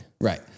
Right